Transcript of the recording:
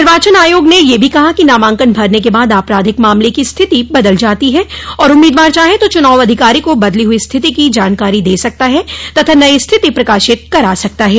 निर्वाचन आयोग ने यह भी कहा कि नामांकन भरने के बाद आपराधिक मामले की स्थिति बदल जाती है और उम्मीदवार चाहे तो चुनाव अधिकारी को बदली हुई स्थिति की जानकारी दे सकते हैं तथा नई स्थिति प्रकाशित करा सकते हैं